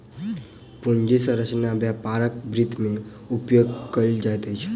पूंजी संरचना व्यापारक वित्त में उपयोग कयल जाइत अछि